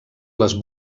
les